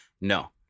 no